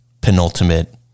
penultimate